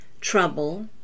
trouble